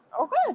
Okay